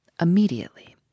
Immediately